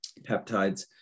peptides